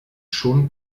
schon